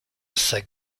sac